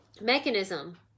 mechanism